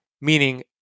meaning